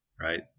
right